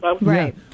right